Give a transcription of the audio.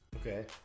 Okay